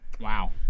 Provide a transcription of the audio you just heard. Wow